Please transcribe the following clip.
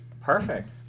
Perfect